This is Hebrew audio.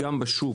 בשוק,